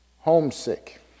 homesick